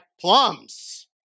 plums